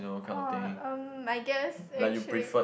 oh um I guess actually